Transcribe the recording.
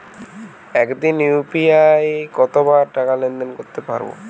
একদিনে ইউ.পি.আই কতবার টাকা লেনদেন করতে পারব?